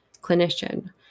clinician